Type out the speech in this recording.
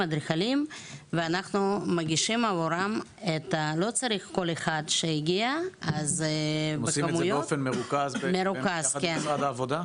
לא צריך עבור כל אחד שמגיע --- עושים את זה באופן מרוכז במשרד העבודה?